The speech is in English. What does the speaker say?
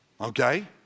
Okay